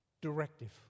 directive